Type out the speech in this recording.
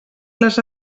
les